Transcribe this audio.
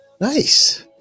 Nice